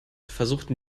versuchten